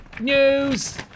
news